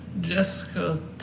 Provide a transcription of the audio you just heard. Jessica